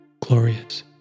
Glorious